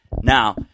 Now